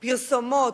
פרסומות,